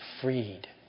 freed